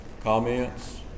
comments